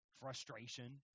frustration